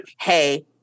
hey